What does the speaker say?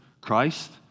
Christ